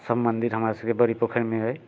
सभ मन्दिर हमरा सभके बड़ि पोखरि अइ